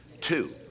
Two